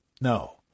No